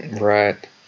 Right